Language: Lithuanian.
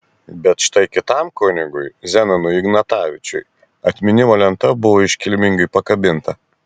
bet štai kitam kunigui zenonui ignatavičiui atminimo lenta buvo iškilmingai pakabinta